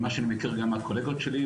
ממה שאני מכיר גם מהקולגות שלי,